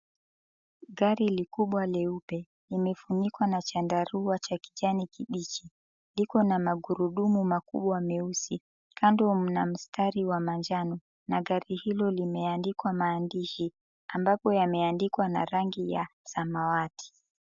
Gari likubwa leupe limefunikwa na chandarua cha kijani kibichi liko na magudurumu makubwa mieusi, kando mna mstari wa manjano na gari hilo limeandikwa maandishi ambapo yameandikwa na rangi ya samawati.